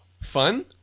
Fun